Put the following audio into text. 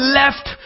left